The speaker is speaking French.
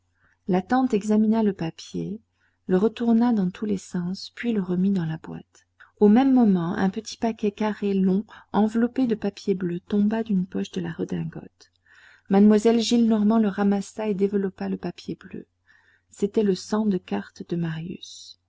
la tante examina le papier le retourna dans tous les sens puis le remit dans la boîte au même moment un petit paquet carré long enveloppé de papier bleu tomba d'une poche de la redingote mademoiselle gillenormand le ramassa et développa le papier bleu c'était le cent de cartes de marius